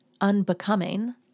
unbecoming